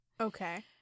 Okay